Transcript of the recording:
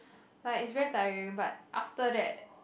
like it's very tiring but after that